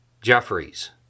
Jeffries